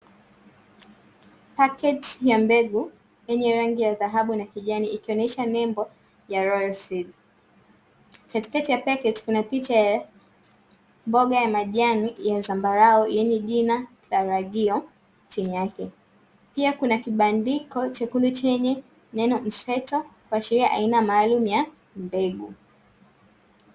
Paketi ya mbegu yenye rangi ya kijani na dhahabu ikionyesha ya "royal seed", katikati ya paketi kuna picha ya mboga ya majani ya dhambarau yenye jina la ragio chini yake, pia kuna kibandiko chenye neno mseto kuashiria aina maalumu ya mbegu.